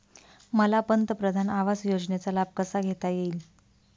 मला पंतप्रधान आवास योजनेचा लाभ कसा घेता येईल?